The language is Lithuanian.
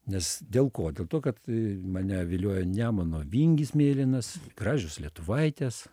nes dėl ko dėl to kad mane vilioja nemuno vingis mėlynas gražios lietuvaitės